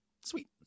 Sweet